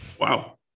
Wow